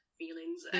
feelings